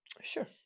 Sure